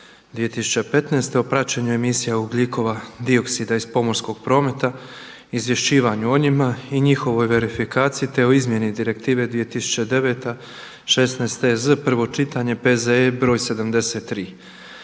2015. o praćenju emisija ugljikova dioksida iz pomorskog prometa, izvješćivanju o njima i njihovoj verifikaciji te o izmjeni Direktive 2009/16/EZ, prvo